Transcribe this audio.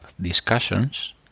Discussions